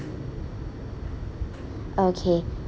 okay